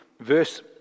verse